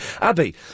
Abby